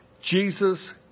Jesus